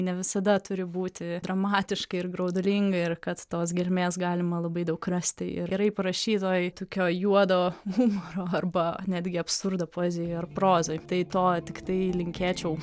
ne visada turi būti dramatiška ir graudulinga ir kad tos gelmės galima labai daug rasti ir gerai parašytoj tokio juodo humoro arba netgi absurdo poezijoj ar prozoj tai to tiktai linkėčiau